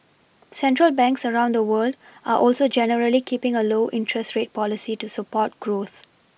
central banks around the world are also generally keePing a low interest rate policy to support growth